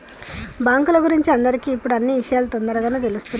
బాంకుల గురించి అందరికి ఇప్పుడు అన్నీ ఇషయాలు తోందరగానే తెలుస్తున్నాయి